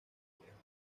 complejo